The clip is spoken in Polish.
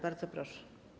Bardzo proszę.